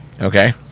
Okay